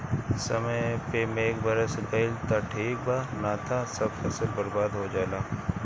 समय पे मेघ बरस गईल त ठीक बा ना त सब फसल बर्बाद हो जाला